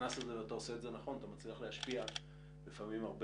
נכנס לזה ועושה את נכון אתה מצליח להשפיע לפעמים הרבה